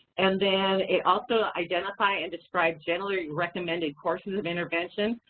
and then it also identify and describe generally recommended courses of intervention,